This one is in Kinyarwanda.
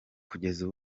kugeza